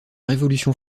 révolution